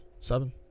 seven